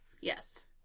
Yes